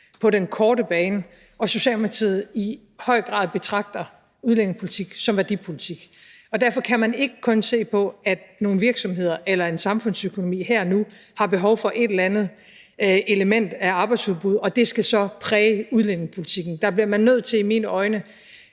på den korte bane og Socialdemokratiet i høj grad betragter udlændingepolitik som værdipolitik. Og derfor kan man ikke kun se på, at nogle virksomheder eller samfundsøkonomien her og nu har behov for et eller andet element af arbejdsudbud, og at det så skal præge udlændingepolitikken. Der bliver man i mine øjne